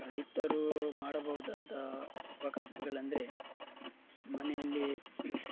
ರೈತರು ಮಾಡಬಹುದಾದ ಉಪಕಸಬುಗಳೆಂದ್ರೆ ಮನೆಯಲ್ಲಿ